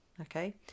okay